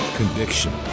Conviction